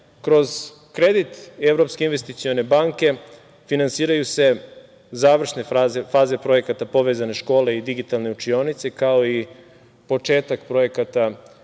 kroz kredit Evropske investicione banke finansiraju se završne faze projekata „Povezane škole i digitalne učionice“, kao i početak projekata